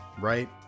right